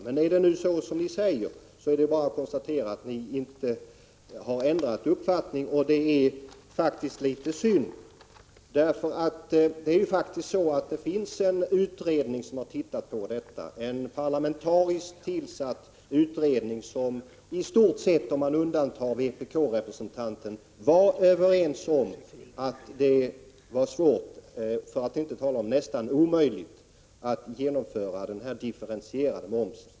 Men är det nu så som ni säger, är det bara att konstatera att ni inte har ändrat uppfattning, och det är faktiskt litet synd. En parlamentariskt sammansatt utredning har — om man undantar vpk-representanten — i stort sett varit överens om att det är svårt, för att inte säga nästan omöjligt, att genomföra differentierad moms.